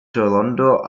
toronto